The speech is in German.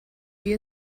wie